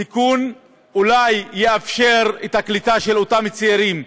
תיקון אולי יאפשר קליטה של אותם צעירים,